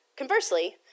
Conversely